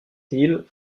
hill